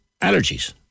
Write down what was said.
allergies